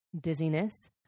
Dizziness